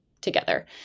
together